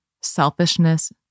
selfishness